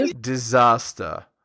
disaster